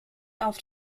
auf